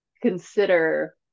consider